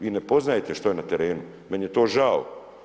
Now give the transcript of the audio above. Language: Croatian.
Vi ne poznajete što je na terenu, meni je to žao.